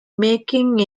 making